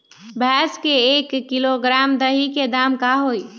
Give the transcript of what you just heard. भैस के एक किलोग्राम दही के दाम का होई?